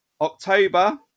october